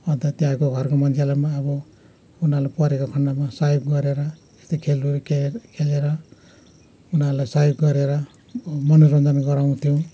अन्त त्यहाँको घरको मान्छेलाई पनि अब उनीहरूलाई परेको खण्डमा सहयोग गरेर यस्तै खेलहरू खेलेर उनीहरूलाई सहयोग गरेर मनोरञ्जन गराउँथ्यौँ